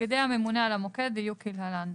(ב)תפקידי הממונה על המוקד יהיו כלהלן: